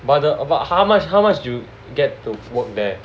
but the about how much how much do you get to work there